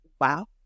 wow